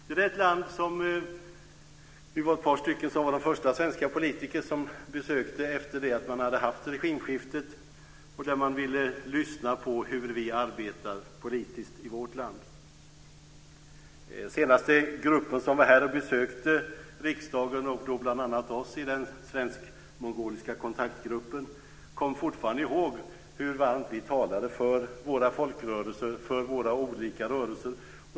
Det är ett land som vi var ett par stycken som var de första svenska politiker som besökte efter det att man hade haft regimskiftet. Man ville lyssna på hur vi arbetar politiskt i vårt land. Den senaste gruppen som var här och besökte riksdagen, och då bl.a. oss i den svensk-mongoliska kontaktgruppen, kom fortfarande ihåg hur varmt vi talade för våra folkrörelser, våra olika rörelser.